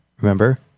Remember